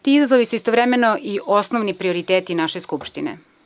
Ti izazovi su istovremeno i osnovni prioriteti naše Skupštine.